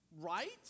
right